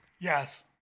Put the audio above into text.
Yes